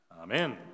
Amen